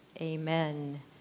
amen